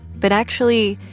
but actually,